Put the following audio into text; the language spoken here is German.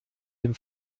dem